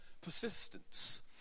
persistence